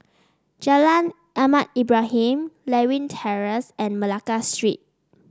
Jalan Ahmad Ibrahim Lewin Terrace and Malacca Street